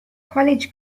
college